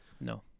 No